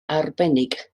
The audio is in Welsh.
arbennig